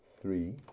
three